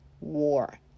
war